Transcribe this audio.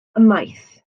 ymaith